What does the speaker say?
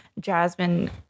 Jasmine